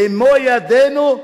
במו-ידינו,